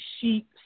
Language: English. sheep